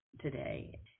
today